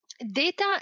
Data